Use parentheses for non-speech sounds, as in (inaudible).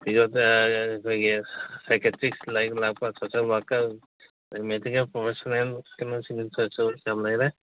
ꯑꯩꯈꯣꯏꯒꯤ ꯁꯥꯏꯀ꯭ꯔꯤꯇꯤꯛꯁ ꯂꯥꯛꯄ social worker medical professional (unintelligible) ꯌꯥꯝ ꯂꯩꯔꯦ